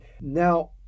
now